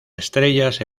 estrellas